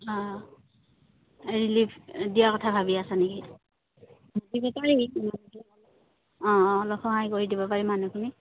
অঁ ৰিলিফ দিয়া কথা ভাবি আছা নেকি পাৰি অঁ অঁ অলপ সহায় কৰি দিব পাৰি মানুহখিনিক